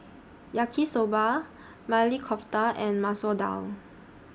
Yaki Soba Maili Kofta and Masoor Dal